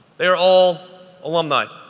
they're all alumni.